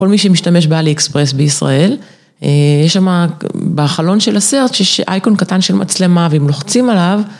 כל מי שמשתמש באלי אקספרס בישראל, יש שם, בחלון של הסרט, יש אייקון קטן של מצלמה ואם לוחצים עליו,